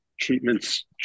treatments